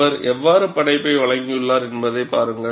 அவர் எவ்வாறு படைப்பை வழங்கியுள்ளார் என்பதைப் பாருங்கள்